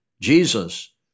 Jesus